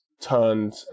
turned